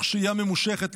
תוך שהייה ממושכת,